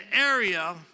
area